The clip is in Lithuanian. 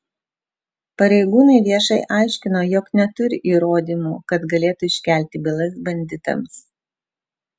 pareigūnai viešai aiškino jog neturi įrodymų kad galėtų iškelti bylas banditams